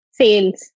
sales